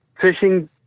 fishing